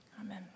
Amen